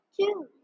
two